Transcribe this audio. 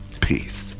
Peace